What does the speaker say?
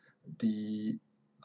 the